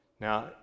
Now